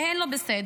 שהן לא בסדר,